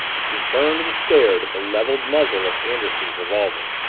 he turned, and stared at the leveled muzzle of anderson's revolver.